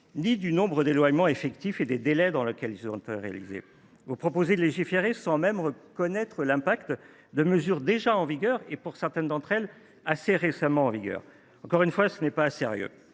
ni du nombre des éloignements effectifs et des délais dans lesquels ils sont réalisés. Vous proposez de légiférer sans même connaître l’impact des mesures déjà en vigueur, et pour certaines d’entre elles assez récentes. Encore une fois, ce n’est pas sérieux